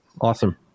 Awesome